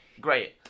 Great